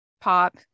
pop